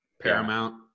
Paramount